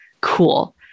cool